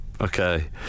okay